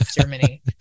Germany